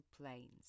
planes